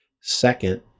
Second